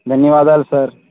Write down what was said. ధన్యవాదాలు సార్